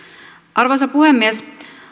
arvoisa puhemies